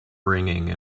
ringing